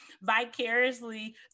vicariously